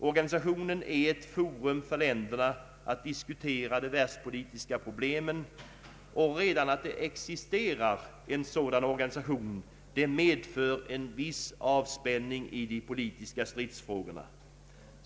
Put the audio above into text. Organisationen är ett forum där länderna kan diskutera de världspolitiska problemen, och redan existensen av en sådan organisation medför en viss avspänning i de politiska stridsfrågorna.